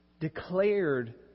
declared